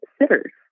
sitters